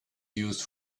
used